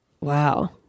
wow